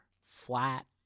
flat